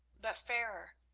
but fairer,